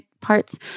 parts